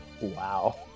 Wow